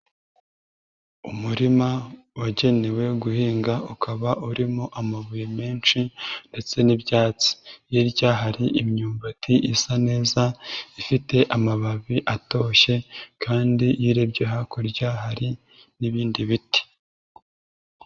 Umurima wagenewe guhinga ukaba urimo amabuye menshi ndetse n'ibyatsi, hirya hari imyumbati isa neza ifite amababi atoshye kandi iyo urebye hakurya hari n'ibindi biti.